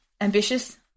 ambitious